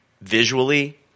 Visually